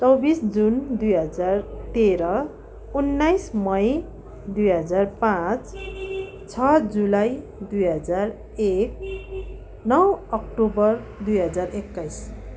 चौबिस जुन दुई हजार तेह्र उन्नाइस मइई दुई हजार पाँच छ जुलाई दुई हजार एक नौ अक्टोबर दुई हजार एक्काइस